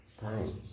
time